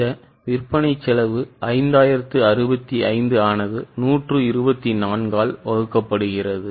இந்த விற்பனை செலவு 5065ஆனது 124ஆல் வகுக்கப்படுகிறது